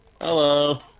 Hello